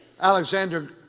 Alexander